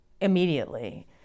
immediately